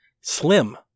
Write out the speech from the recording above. slim